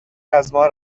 ازما